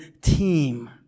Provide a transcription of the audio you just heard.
team